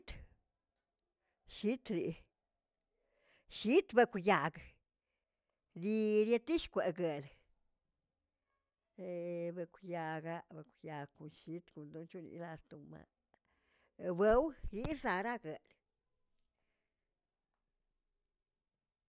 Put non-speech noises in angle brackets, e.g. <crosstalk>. <unintelligible> llitbeꞌ-llit bekwꞌ yag dii- diitish kwagꞌgalə, <hesitation> bekwꞌ yagaꞌ bekwꞌ yag kushitkw locholilallꞌ tomaꞌa eweewꞌ ixaragꞌə.